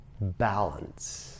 balance